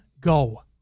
go